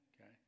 Okay